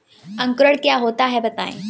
अंकुरण क्या होता है बताएँ?